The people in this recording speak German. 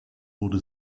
wurde